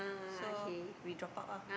so we drop out ah